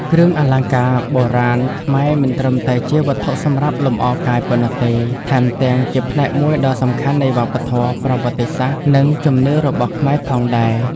គ្រឿងអលង្ការបុរាណខ្មែរមិនត្រឹមតែជាវត្ថុសម្រាប់លម្អកាយប៉ុណ្ណោះទេ ថែមទាំងជាផ្នែកមួយដ៏សំខាន់នៃវប្បធម៌ ប្រវត្តិសាស្ត្រ និងជំនឿរបស់ខ្មែរផងដែរ។